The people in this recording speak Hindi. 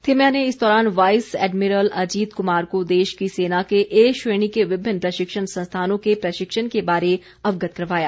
थिम्मया ने इस दौरान वाइस एडमिरल अजीत कुमार को देश की सेना के ए श्रेणी के विभिन्न प्रशिक्षण संस्थानों के प्रशिक्षण के बारे अवगत करवाया